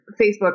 Facebook